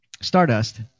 Stardust